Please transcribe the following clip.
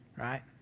right